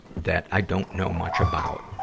that i don't know much about.